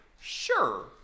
sure